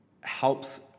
helps